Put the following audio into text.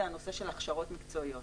זה הנושא של הכשרות מקצועיות.